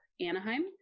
Anaheim